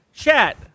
Chat